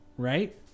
Right